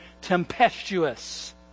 tempestuous